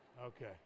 Okay